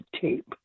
tape